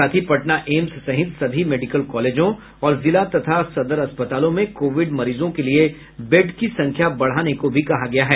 साथ ही पटना एम्स सहित सभी मेडिकल कॉलेजों और जिला तथा सदर अस्पतालों में कोविड मरीजों के लिए बेड की संख्या बढ़ाने को भी कहा गया है